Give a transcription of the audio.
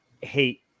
hate